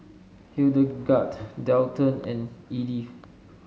Hildegarde Dalton and Edyth